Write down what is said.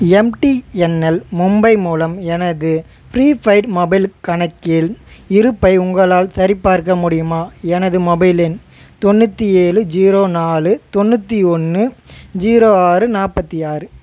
MTNL Mumbai மூலம் எனது prepaid mobile கணக்கின் இருப்பை உங்களால் சரிபார்க்க முடியுமா எனது மொபைல் எண் தொண்ணூற்றி ஏழு ஜீரோ நாலு தொண்ணூற்றி ஒன்று ஜீரோ ஆறு நாற்பத்தி ஆறு